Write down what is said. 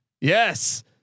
Yes